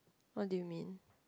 what do you mean